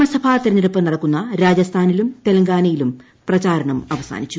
നിയമസഭാ തെരഞ്ഞ്ടുപ്പ് നടക്കുന്ന രാജസ്ഥാനിലും തെലങ്കാനയിലും പ്രചാരണം അവസാനിച്ചു